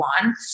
one